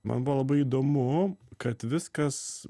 man buvo labai įdomu kad viskas